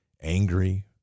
angry